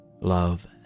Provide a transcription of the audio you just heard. love